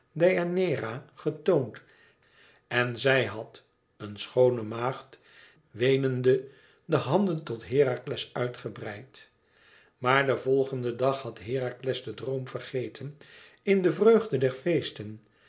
deianeira getoond en zij had een schoone maagd weenende de handen tot herakles uit gebreid maar den volgenden dag had herakles den droom vergeten in de vreugde der feesten